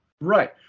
Right